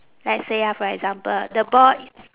let's say ah for example the ball